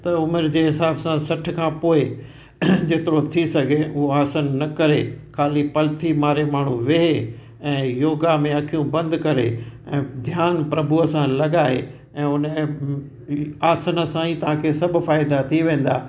त उमिरि जे हिसाब सां सठि खां पोइ जेतिरो थी सघे उहो आसन न करे ख़ाली पलथी मारे माण्हू वेहि ऐं योगा में अखियूं बंदि करे ऐं ध्यानु प्रभूअ सां लॻाए ऐं उन आसन सां ई तव्हांखे सभु फ़ाइदा थी वेंदा